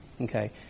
Okay